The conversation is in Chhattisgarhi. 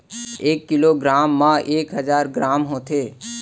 एक किलो ग्राम मा एक हजार ग्राम होथे